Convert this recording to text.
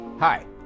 Hi